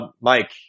Mike